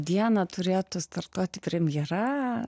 dieną turėtų startuoti premjera